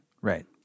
Right